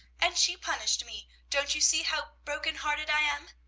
and she punished me. don't you see how broken-hearted i am?